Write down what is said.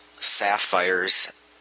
Sapphires